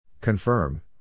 Confirm